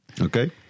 okay